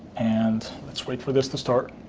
and let's wait for this to start.